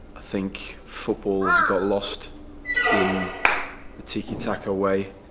think football has got lost in the tiki-taka way,